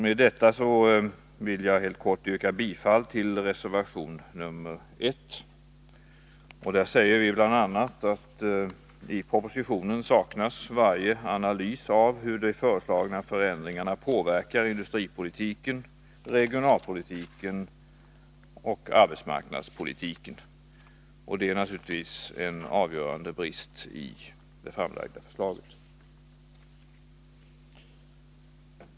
Med detta vill jag helt kort yrka bifall till reservation nr 1. Där säger vi bl.a.: ”I propositionen saknas varje analys av hur de föreslagna förändringarna påverkar industripolitiken, regionalpolitiken och arbetsmarknadspolitiken.” Det är naturligtvis en avgörande brist i det framlagda förslaget.